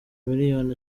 miliyoni